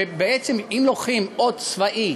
שאם לוקחים אות צבאי